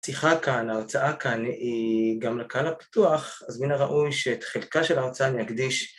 הפתיחה כאן, ההרצאה כאן, היא גם לקהל הפתוח, אז מן הראוי שאת חלקה של ההרצאה אני אקדיש